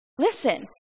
Listen